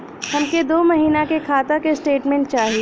हमके दो महीना के खाता के स्टेटमेंट चाही?